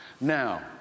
Now